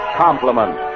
Compliment